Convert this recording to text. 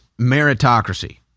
meritocracy